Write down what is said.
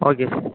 okay